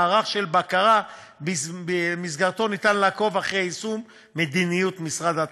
מערך של בקרה שבמסגרתו אפשר לעקוב אחר יישום מדיניות משרד התחבורה,